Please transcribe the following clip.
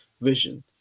vision